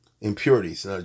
impurities